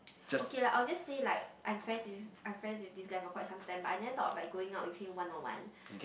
okay lah I will just say like I'm friend with I'm friend with this guy for quite sometime but I never thought of like going out with him one on one